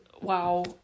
wow